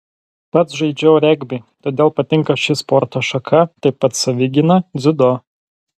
pats žaidžiau regbį todėl patinka ši sporto šaka taip pat savigyna dziudo